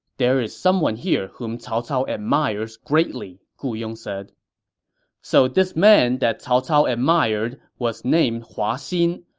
there is someone here whom cao cao admires greatly, gu yong said so this man that cao cao admired was named hua xin,